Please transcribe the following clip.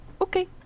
okay